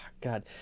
God